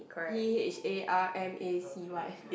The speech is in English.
P_H_A_R_M_A_C_Y